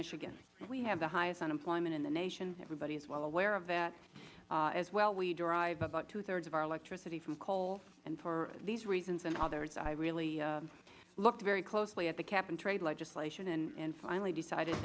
michigan we have the highest unemployment in the nation everybody is well aware of that as well we derive about two thirds of our electricity from coal and for these reasons and others i really looked very closely at the cap and trade legislation and finally decided